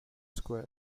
square